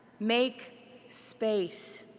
make space.